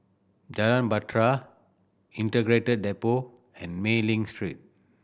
Jalan Bahtera Integrated Depot and Mei Ling Street